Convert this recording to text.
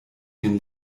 den